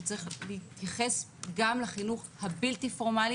שצריך להתייחס גם לחינוך הבלתי פורמלי